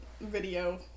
Video